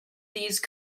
these